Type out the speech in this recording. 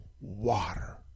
water